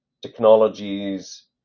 technologies